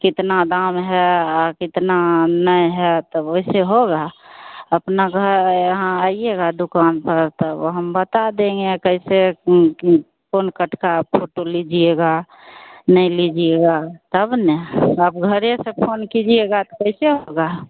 कितना दाम है कितना नहीं है तब ओएसे होगा अपना घर यहाँ आइएगा दुकान पर तब हम बता देंगे या कैसे कौन कट का फोटो लीजिएगा नहीं लीजिएगा तब ना आप घरे से फोन कीजिएगा तो कैसे होगा